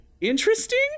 interesting